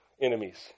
enemies